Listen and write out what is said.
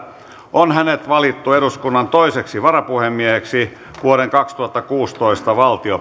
on hänet valittu eduskunnan toiseksi varapuhemieheksi vuoden kaksituhattakuusitoista valtiopäivien ajaksi eftersom ledamot